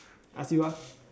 I ask you ah